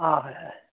आं हय